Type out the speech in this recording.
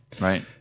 Right